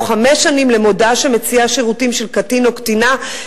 או חמש שנים על מודעה שמציעה שירותים של קטין או קטינה.